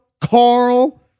Carl